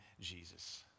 Jesus